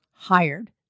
hired